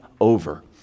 over